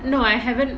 no I haven't